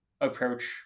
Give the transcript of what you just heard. approach